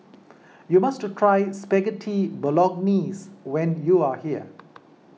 you must try Spaghetti Bolognese when you are here